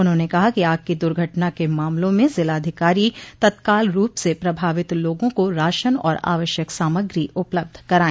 उन्होंने कहा कि आग की दुर्घटना के मामलों में जिलाधिकारी तत्काल रूप से प्रभावित लोगों को राशन और आवश्यक सामग्री उपलब्ध कराय